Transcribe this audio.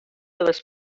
les